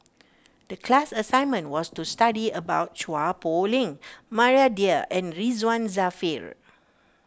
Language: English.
the class assignment was to study about Chua Poh Leng Maria Dyer and Ridzwan Dzafir